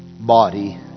body